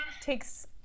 Takes